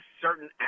certain